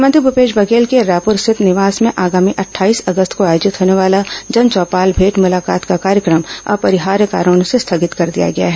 मुख्यमंत्री भूपेश बघेल के रायपुर स्थित निवास में आगामी अट्ठाईस अगस्त को आयोजित होने वाला जनचौपाल भेंट मुलाकात का कार्यक्रम अपरिहार्य कारणों से स्थगित कर दिया गया है